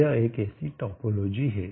यह एक ऐसी टोपोलॉजी है